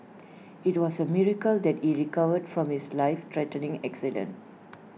IT was A miracle that he recovered from his lifethreatening accident